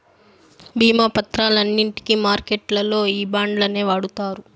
భీమా పత్రాలన్నింటికి మార్కెట్లల్లో ఈ బాండ్లనే వాడుతారు